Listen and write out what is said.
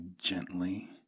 gently